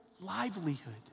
livelihood